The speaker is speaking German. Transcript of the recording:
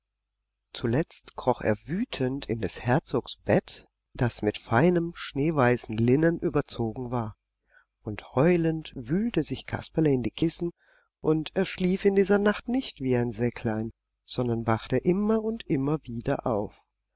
zuletzt kroch er wütend in des herzogs bett das mit feinem schneeweißem linnen überzogen war und heulend wühlte sich kasperle in die kissen und er schlief in dieser nacht nicht wie ein säcklein sondern wachte immer und immer wieder auf